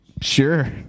Sure